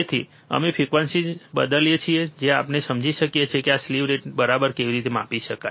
તેથી અમે ફ્રીક્વન્સી બદલીએ છીએ જેથી આપણે સમજી શકીએ કે આ સ્લીવ રેટને બરાબર કેવી રીતે માપી શકાય